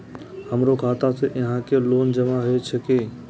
हमरो खाता से यहां के लोन जमा हे छे की ने?